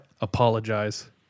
Apologize